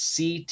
CT